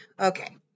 Okay